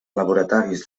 laboratoris